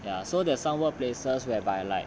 ya so there is some work places whereby like